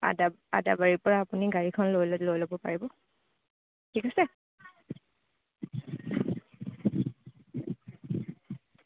আদা আদাবাৰীৰ পৰা আপুনি গাড়ীখন লৈ লৈ ল'ব পাৰিব ঠিক আছে